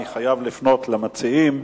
ואני חייב לפנות למציעים,